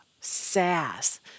sass